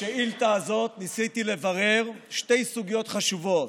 בשאילתה הזאת ניסיתי לברר שתי סוגיות חשובות: